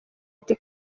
ati